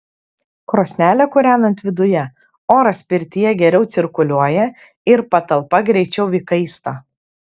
krosnelę kūrenant viduje oras pirtyje geriau cirkuliuoja ir patalpa greičiau įkaista